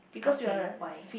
okay why